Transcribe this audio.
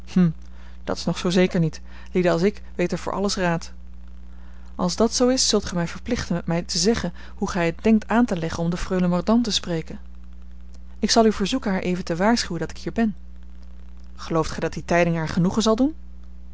dat is nog zoo zeker niet lieden als ik weten voor alles raad als dat zoo is zult gij mij verplichten met mij te zeggen hoe gij het denkt aan te leggen om de freule mordaunt te spreken ik zal u verzoeken haar even te waarschuwen dat ik hier ben gelooft gij dat die tijding haar genoegen zal doen